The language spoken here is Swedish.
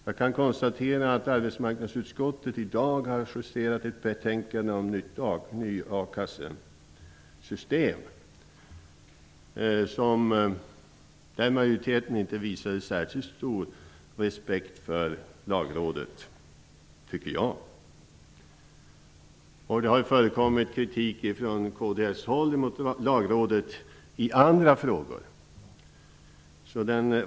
Jag kunde konstatera att arbetsmarknadsutskottet i dag justerade ett betänkande om ett nytt akassesystem. Jag tycker att den utskottsmajoriteten inte visade särskilt stor respekt för Lagrådet. Det har också förekommit kritik mot Lagrådet i andra frågor från kds håll.